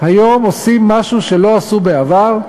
היום עושים משהו שלא עשו בעבר,